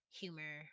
humor